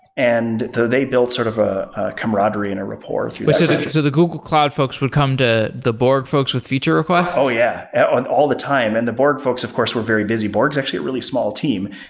and they built sort of a camaraderie and a rapport through so the google cloud folks would come to the borg folks with future requests? oh, yeah. and all the time. and the borg folks of course were very busy. borg is actually a really small team,